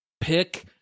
pick